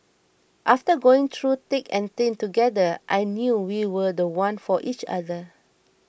after going through thick and thin together I knew we were the one for each other